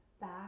back